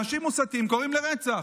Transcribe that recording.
אנשים מוסתים קוראים לרצח.